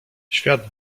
świat